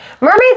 Mermaids